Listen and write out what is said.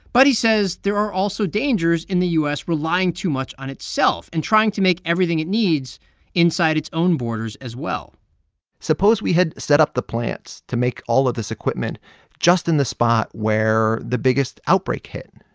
but he says there are also dangers in the u s. relying too much on itself and trying to make everything it needs inside its own borders as well suppose we had set up the plants to make all of this equipment just in the spot where the biggest outbreak hit.